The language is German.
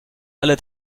alle